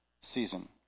season